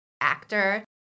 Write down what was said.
actor